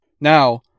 Now